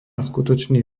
skutočný